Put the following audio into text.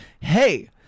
hey